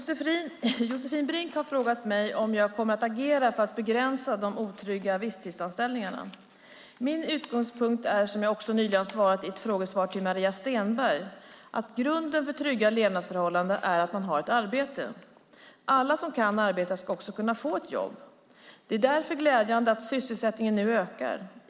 Herr talman! Josefin Brink har frågat mig om jag kommer att agera för att begränsa de otrygga visstidsanställningarna. Min utgångspunkt är, som jag också nyligen svarat i ett frågesvar till Maria Stenberg, att grunden för trygga levnadsförhållanden är att man har ett arbete. Alla som kan arbeta ska också kunna få ett jobb. Det är därför glädjande att sysselsättningen nu ökar.